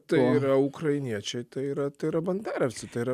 tai yra ukrainiečiai tai yra tai yra banderovc tai yra